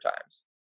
times